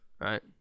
right